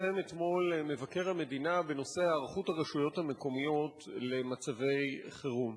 שפרסם אתמול מבקר המדינה בנושא: היערכות הרשויות המקומיות למצבי חירום.